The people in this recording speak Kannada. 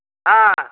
ಹಾಂ